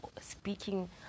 speaking